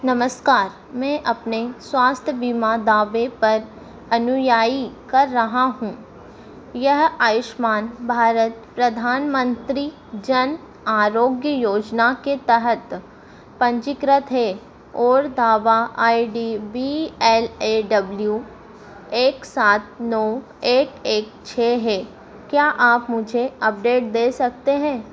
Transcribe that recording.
नमस्कार मैं अपने स्वास्थ्य बीमा दावे पर अनुयायी कर रहा हूँ यह आयुष्मान भारत प्रधानमन्त्री जन आरोग्य योजना के तहत पन्जीकृत है और दावा I D B L A W एक सात नौ एक एक छह है क्या आप मुझे अपडेट दे सकते हैं